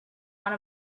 one